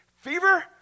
fever